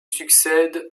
succède